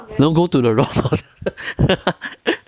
don't go to the wrong one